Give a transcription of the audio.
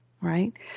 Right